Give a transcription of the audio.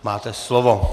Máte slovo.